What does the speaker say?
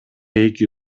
эки